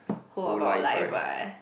whole life right